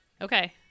okay